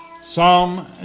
Psalm